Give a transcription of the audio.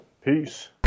Peace